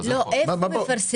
לא איפה מפרסמים.